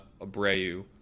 abreu